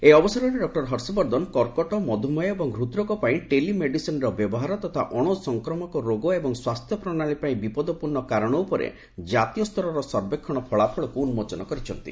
ଏହି ଅବସରରେ ଡକୁର ହର୍ଷବର୍ଦ୍ଧନ କର୍କଟ ମଧୁମେହ ଏବଂ ହୃଦ୍ରୋଗ ପାଇଁ ଟେଲି ମେଡିସିନ୍ର ବ୍ୟବହାର ତଥା ଅଣ ସଂକ୍ରାମକ ରୋଗ ଏବଂ ସ୍ୱାସ୍ଥ୍ୟ ପ୍ରଣାଳୀ ପାଇଁ ବିପଦପୂର୍ଣ୍ଣ କାରଣ ଉପରେ ଜାତୀୟସ୍ତରର ସର୍ବେକ୍ଷଣ ଫଳାଫଳକୁ ଉନ୍କୋଚନ କରିଛନ୍ତି